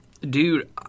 dude